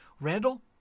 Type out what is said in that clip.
Randall